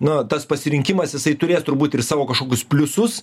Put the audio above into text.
na tas pasirinkimas jisai turės turbūt ir savo kažkokius pliusus